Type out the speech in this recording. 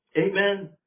Amen